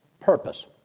purpose